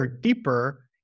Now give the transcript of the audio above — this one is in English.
deeper